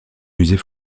musée